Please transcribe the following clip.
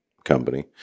company